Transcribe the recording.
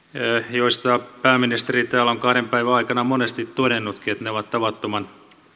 joista pääministeri täällä on kahden päivän aikana monesti todennutkin että ne ovat tavattoman